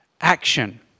action